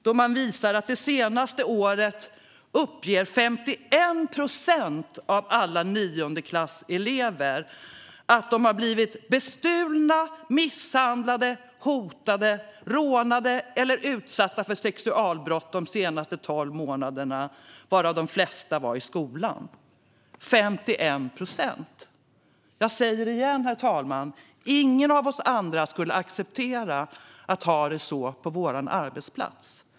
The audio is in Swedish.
Den visar att 51 procent av alla niondeklasselever uppger att de under de senaste tolv månaderna har blivit bestulna, misshandlade, hotade, rånade eller utsatta för sexualbrott, varav de flesta händelser skedde i skolan - 51 procent! Jag säger det igen, herr talman: Ingen av oss andra skulle acceptera att ha det så på vår arbetsplats.